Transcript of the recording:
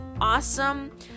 awesome